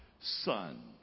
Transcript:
son